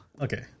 Okay